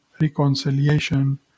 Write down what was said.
reconciliation